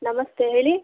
ನಮಸ್ತೆ ಹೇಳಿ